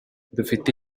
dufite